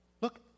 Look